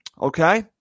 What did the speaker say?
okay